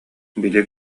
били